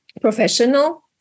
professional